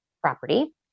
property